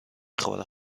خورم